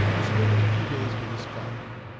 is spending a few days with his father.